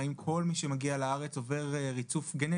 האם כל מי שמגיע לארץ עובר ריצוף גנטי?